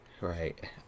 Right